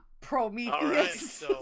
Prometheus